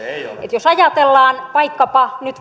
jos ajatellaan vaikkapa nyt